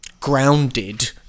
grounded